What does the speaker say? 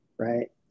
Right